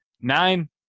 Nine